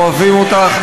אוהבים אותך,